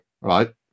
right